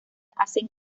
hacen